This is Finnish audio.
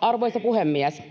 Arvoisa puhemies!